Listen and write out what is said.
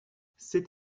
c’est